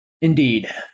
Indeed